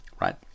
right